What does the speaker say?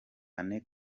anne